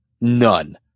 None